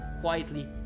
quietly